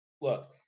Look